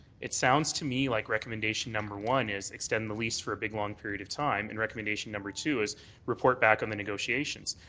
it sounds to me like recommendation number one is extend the lease for a big long period of time and recommendation number two is report back on the negotiations.